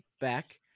back